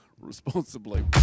responsibly